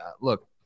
look